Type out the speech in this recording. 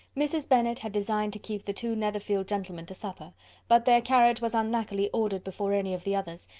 mrs. bennet had designed to keep the two netherfield gentlemen to supper but their carriage was unluckily ordered before any of the others,